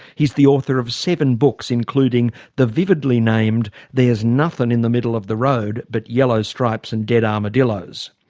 he's the author of seven books including the vividly named, there's nothing in the middle of the road but yellow stripes and dead armadillos.